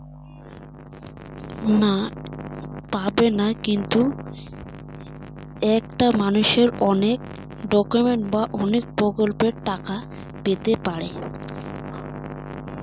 কোনো মানসি কি একটার বেশি সামাজিক প্রকল্পের টাকা পাবার পারে?